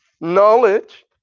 knowledge